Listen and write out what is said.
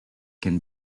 can